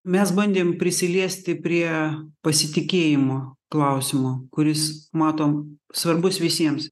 mes bandėm prisiliesti prie pasitikėjimo klausimo kuris matom svarbus visiems